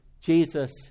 Jesus